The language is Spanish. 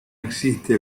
existe